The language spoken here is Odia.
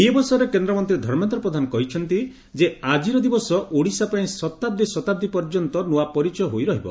ଏହି ଅବସରରେ କେନ୍ଦ୍ରମନ୍ତୀ ଧର୍ମେନ୍ଦ୍ର ପ୍ରଧାନ କହିଛନ୍ତି ଯେ ଆକିର ଦିବସ ଓଡ଼ିଶା ପାଇଁ ଶତାଦୀ ଶତାଦୀ ପର୍ଯ୍ୟନ୍ତ ନୂଆ ପରିଚୟ ହୋଇ ରହିବ